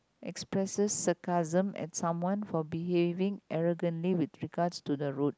expresses sarcasm at someone for behaving arrogantly with regards to the road